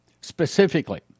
Specifically